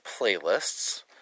playlists